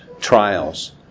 trials